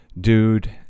dude